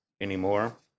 anymore